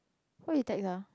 who you text ah